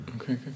Okay